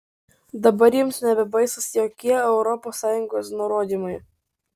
dabar jiems nebebaisūs jokie europos sąjungos nurodymai